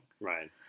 Right